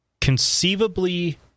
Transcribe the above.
Conceivably